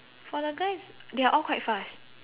for the guys they are all quite fast